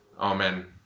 amen